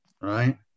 Right